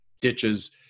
ditches